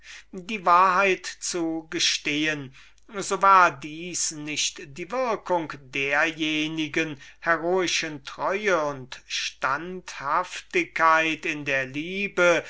die wahrheit zu gestehen so war dieses nicht die würkung derjenigen heroischen treue und standhaftigkeit in der liebe